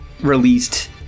released